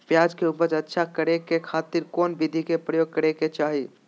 प्याज के उपज अच्छा करे खातिर कौन विधि के प्रयोग करे के चाही?